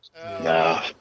no